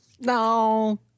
No